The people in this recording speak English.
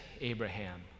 abraham